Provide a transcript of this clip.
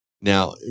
Now